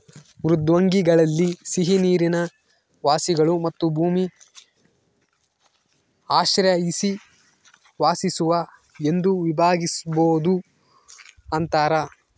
ಮೃದ್ವಂಗ್ವಿಗಳಲ್ಲಿ ಸಿಹಿನೀರಿನ ವಾಸಿಗಳು ಮತ್ತು ಭೂಮಿ ಆಶ್ರಯಿಸಿ ವಾಸಿಸುವ ಎಂದು ವಿಭಾಗಿಸ್ಬೋದು ಅಂತಾರ